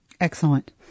Excellent